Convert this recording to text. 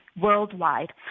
worldwide